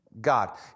God